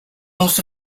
also